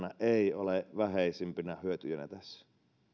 ei ole vähäisimpänä hyötyjänä tässä